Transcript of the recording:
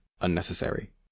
unnecessary